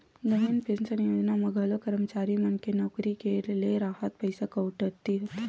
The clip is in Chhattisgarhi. नवीन पेंसन योजना म घलो करमचारी मन के नउकरी के राहत ले पइसा कटउती होथे